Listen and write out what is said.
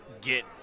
get